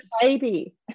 Baby